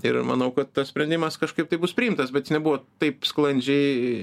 ir manau kad tas sprendimas kažkaip tai bus priimtas bet jis nebuvo taip sklandžiai